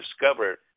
discover